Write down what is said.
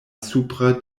supra